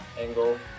angle